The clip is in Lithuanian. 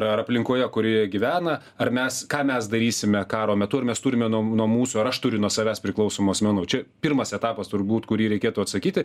ar aplinkoje kurioje gyvena ar mes ką mes darysime karo metu ar mes turime nuo nuo mūsų ar aš turiu nuo savęs priklausomų asmenų čia pirmas etapas turbūt kurį reikėtų atsakyti